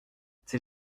ces